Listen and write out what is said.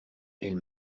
elle